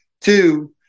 Two